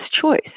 choice